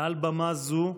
מעל בימה זו,